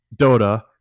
Dota